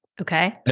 okay